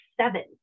seven